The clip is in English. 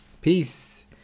Peace